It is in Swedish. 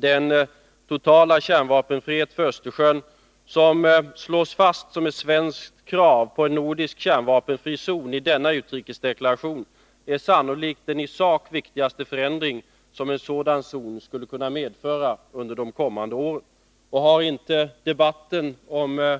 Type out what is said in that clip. Den totala kärnvapenfrihet för Östersjön som slås fast som ett svenskt krav på en nordisk kärnvapenfri zon i denna utrikesdeklaration är sannolikt deni sak viktigaste förändring som en sådan zon skulle kunna medföra under de kommande åren. Och har inte debatten om